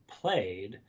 played